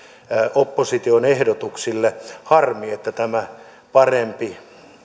opposition ehdotuksille harmi että tämä parempi malli